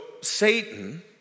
Satan